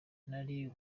nari